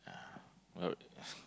yeah why would